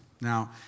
Now